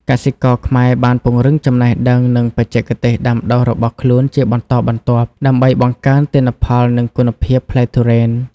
កសិករខ្មែរបានពង្រឹងចំណេះដឹងនិងបច្ចេកទេសដាំដុះរបស់ខ្លួនជាបន្តបន្ទាប់ ដើម្បីបង្កើនទិន្នផលនិងគុណភាពផ្លែទុរេន។